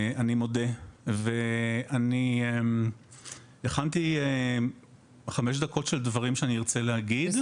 אני מודה ואני הכנתי חמש דקות של דברים שאני ארצה להגיד.